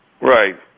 right